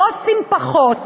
הבוסים פחות,